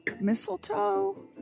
Mistletoe